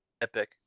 epic